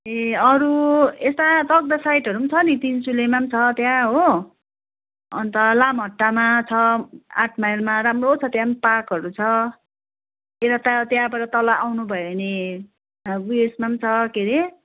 ए अरू यता तक्दाह साइडहरू पनि छ नि तिनचुलेमा पनि छ त्यहाँ हो अन्त लामाहट्टामा छ आठ माइलमा राम्रो छ त्यहाँ पनि पार्कहरू छ यता त त्यहाँबाट तल आउनुभयो भने उयसमा पनि छ के रे